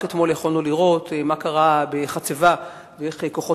רק אתמול יכולנו לראות מה קרה בחצבה ואיך כוחות